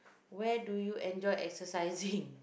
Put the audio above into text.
where do you enjoy exercising